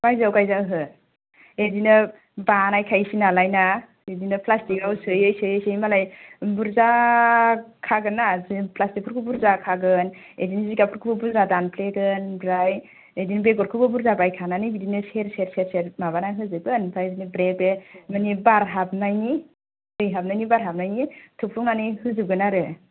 इदिनो बानायखायोसो नालाय ना बिदिनो प्लासटिक आव सोयै सोयै सोयै मालाय बुर्जा खागोनना प्लासटिक फोरखौ बुर्जा खागोन इदिनो जिगाबफोरखौ बुर्जा दानफ्लेगोन आमफ्राय इदिनो बेगरखौबो बुर्जा बायखानानै बिदिनो सेर सेर सेर सेर माबाना होजोबगोन आमफ्राय बिदिनो ब्रे ब्रे माने बार हाबनायनि दै हाबनायनि बार हाबनायनि थुफ्लंनानै होजोबगोन आरो